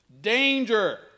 Danger